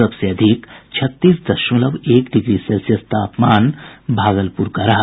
सबसे अधिक छत्तीस दशमलव एक डिग्री सेल्सियस तापमान भागलपुर का दर्ज किया गया